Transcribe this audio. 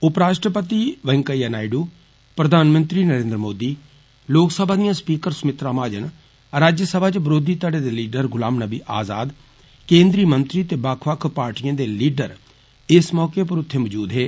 उपराश्ट्रपति वैंकेइया नायडू प्रधानमंत्री नरेन्द्र मोदी लोकसभा दिआं स्पीकर सुमित्रा महाजन राज्यसभा च बरोधी धड़े दे नेता गुलाम नबी आज़ाद केन्द्रीय मंत्री ते बक्ख बक्ख पार्टिएं दे नेता इस मौके उप्पर उत्थे मौजूद हे